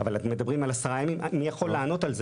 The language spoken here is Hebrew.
אבל אם אנחנו מדברים על 10 ימים אז מי יכול לענות על זה?